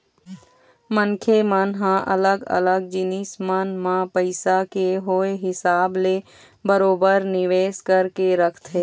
मनखे मन ह अलग अलग जिनिस मन म पइसा के होय हिसाब ले बरोबर निवेश करके रखथे